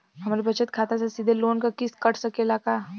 हमरे बचत खाते से सीधे लोन क किस्त कट सकेला का?